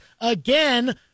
Again